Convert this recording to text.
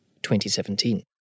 2017